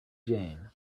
jane